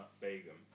Begum